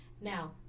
Now